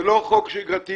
זה לא חוק שגרתי